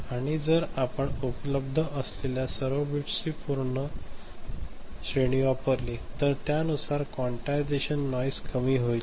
आणि जर आपण उपलब्ध असलेल्या सर्व बिट्सची पूर्ण श्रेणी वापरली तर त्यानुसार क्वान्टायझेशन नॉईस कमी होईल